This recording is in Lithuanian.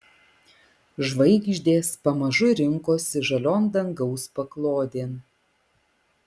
žvaigždės pamažu rinkosi žalion dangaus paklodėn